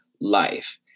life